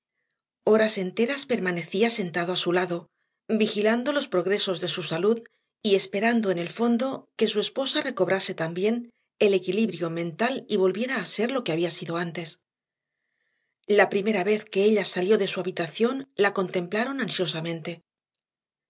horas enteras permanecía sentado a su lado vigilando los progresos de su salud y esperando en el fondo que su esposa recobrase también el equilibrio mental y volviera a ser lo que había sido antes la primera vez que ella salió de su habitación la contemplaron ansiosamente